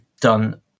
done